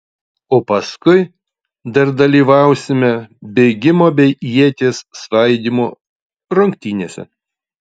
o paskui dar dalyvausime bėgimo bei ieties svaidymo rungtynėse